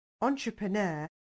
entrepreneur